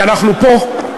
כי אנחנו פה,